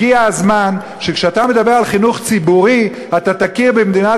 הגיע הזמן שכשאתה מדבר על חינוך ציבורי אתה תכיר במדינת